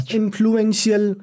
influential